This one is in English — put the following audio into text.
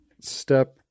step